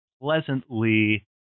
pleasantly